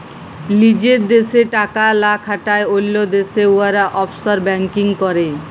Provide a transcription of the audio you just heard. লিজের দ্যাশে টাকা লা খাটায় অল্য দ্যাশে উয়ারা অফশর ব্যাংকিং ক্যরে